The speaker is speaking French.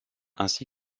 ainsi